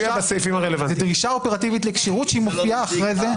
זו דרישה אופרטיבית לכשירות שהיא מופיעה אחרי זה.